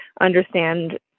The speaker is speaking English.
understand